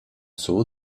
saw